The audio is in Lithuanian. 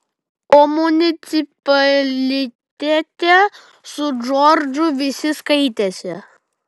o municipalitete su džordžu visi skaitėsi